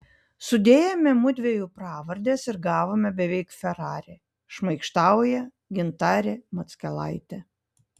sudėjome mudviejų pravardes ir gavome beveik ferrari šmaikštauja gintarė mackelaitė